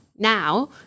Now